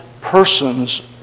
persons